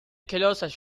کلاسش